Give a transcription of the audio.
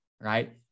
right